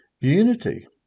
unity